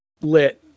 lit